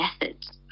methods